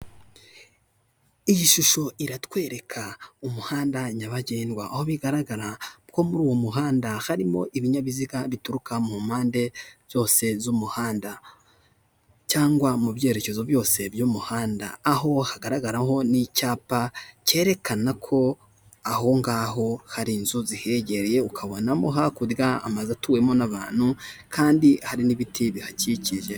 Iyi shusho iratwereka umuhanda nyabagendwa, aho bigaragara ko muri uwo muhanda harimo ibinyabiziga bituruka mu mpande zose z'umuhanda, cyangwa mu byerekezo byose by'umuhanda, aho hagaragaraho n'icyapa cyerekana ko aho ngaho hari inzu zihegereye, ukabona mo hakurya amazu atuwemo n'abantu kandi hari n'ibiti bihakikije.